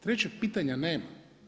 Trećeg pitanja nema.